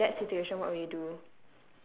you know in that situation what would you do